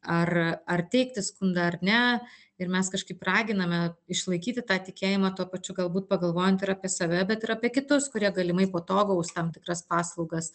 ar ar teikti skundą ar ne ir mes kažkaip raginame išlaikyti tą tikėjimą tuo pačiu galbūt pagalvojant ir apie save bet ir apie kitus kurie galimai po to gaus tam tikras paslaugas